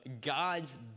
God's